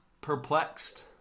perplexed